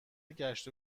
گشت